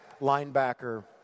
linebacker